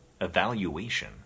evaluation